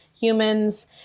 humans